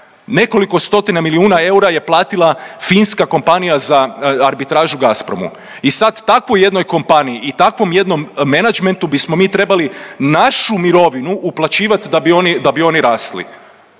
Nekoliko stotina milijuna eura je platila finska kompanija za arbitražu Gazpromu. I sad takvoj jednoj kompaniji i takvom jednom menadžmentu bismo mi trebali našu mirovinu uplaćivati da bi oni rasli.